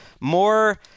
more